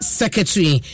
secretary